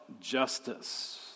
justice